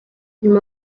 nyuma